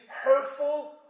hurtful